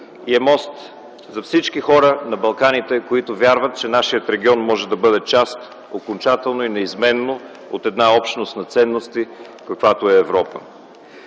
и е мост за всички хора на Балканите, които вярват, че нашият регион може да бъде окончателна и неизменна част на общност от ценности, каквато е Европа.